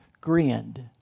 grinned